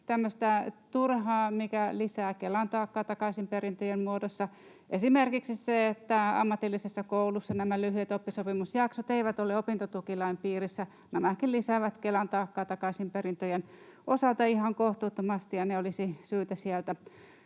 mikä lisää Kelan taakkaa takaisinperintöjen muodossa, esimerkiksi se, että ammatillisessa koulussa lyhyet oppisopimusjaksot eivät ole opintotukilain piirissä. Nämäkin lisäävät Kelan taakkaa takaisinperintöjen osalta ihan kohtuuttomasti, ja olisi syytä sieltä